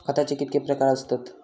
खताचे कितके प्रकार असतत?